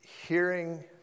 hearing